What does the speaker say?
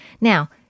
Now